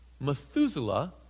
Methuselah